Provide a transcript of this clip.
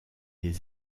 les